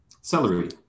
Celery